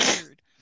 weird